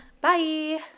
Bye